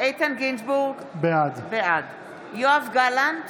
איתן גינזבורג, בעד יואב גלנט,